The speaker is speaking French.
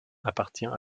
appartient